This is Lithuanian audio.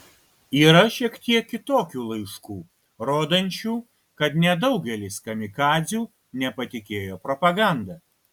yra šiek tiek kitokių laiškų rodančių kad nedaugelis kamikadzių nepatikėjo propaganda